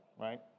right